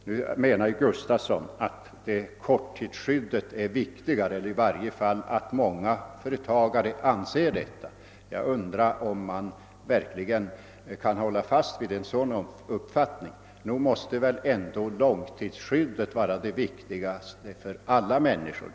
Nu menar herr Gustavsson i Alvesta att korttidskyddet är viktigare, eller i varje fall att många företagare anser detta. Jag undrar om man verkligen kan hålla fast vid en sådan uppfattning. Nog måste väl ändå långtidsskyddet vara det viktigaste för alla männi skor.